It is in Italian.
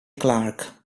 clark